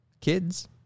Kids